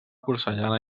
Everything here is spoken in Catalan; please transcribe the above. porcellana